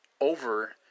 over